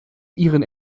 ihren